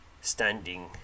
standing